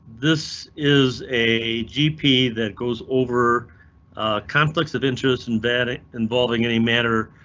this is a gp that goes over conflicts of interest invented involving any manner.